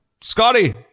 Scotty